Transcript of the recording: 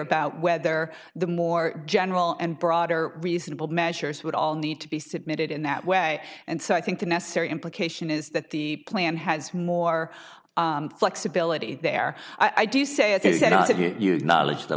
about whether the more general and broader reasonable measures would all need to be submitted in that way and so i think the necessary implication is that the plan has more flexibility there i do say it is in our knowledge the